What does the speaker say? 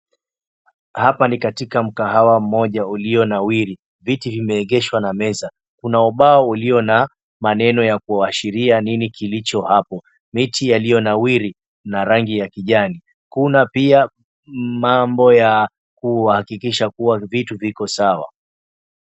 Hapa ni katika mkahawa mmoja uliyonawiri. Viti imeegeshwa na meza. Kuna ubao ulio na maneno ya kuashiria nini kilicho hapo. Miti yaliyonawiri na rangi ya kijani. Kuna pia mambo ya kuhakikisha vitu viko sawa.